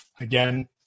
Again